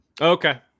Okay